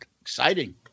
exciting